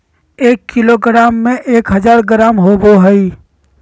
एक किलोग्राम में एक हजार ग्राम होबो हइ